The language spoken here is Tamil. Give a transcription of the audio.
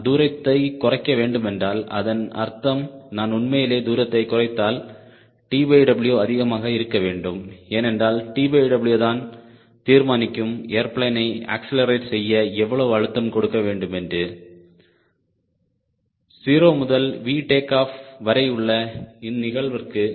நான் தூரத்தை குறைக்க வேண்டுமென்றால் அதன் அர்த்தம் நான் உண்மையிலேயே தூரத்தை குறைத்தால் TWஅதிகமாக இருக்க வேண்டும் ஏனென்றால் TW தான் தீர்மானிக்கும் ஏர்பிளேனை அக்ஸலரேட் செய்ய எவ்வளவு அழுத்தம் கொடுக்கவேண்டும் என்று 0 முதல் V டேக் ஆஃப் வரையுள்ள இந்நிகழ்விற்கு